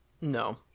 No